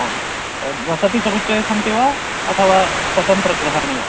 आ ओं तद् वसति सङ्गच्छेत् सन्ति वा अथवा स्वतन्त्रगृहाणि वा